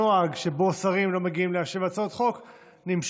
הנוהג שבו שרים לא מגיעים להשיב על הצעות חוק נמשך,